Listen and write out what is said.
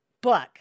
book